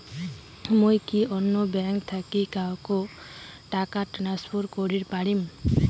মুই কি অন্য ব্যাঙ্ক থাকি কাহকো টাকা ট্রান্সফার করিবার পারিম?